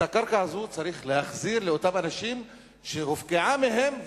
את הקרקע הזאת צריך להחזיר לאותם אנשים שהיא הופקעה מהם,